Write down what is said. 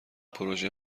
پروزه